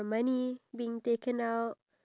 we are only doing it for the sake